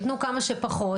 יתנו כמה שפחות,